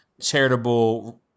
charitable